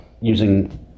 using